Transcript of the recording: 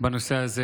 בנושא הזה,